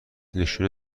نشون